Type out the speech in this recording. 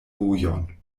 vojon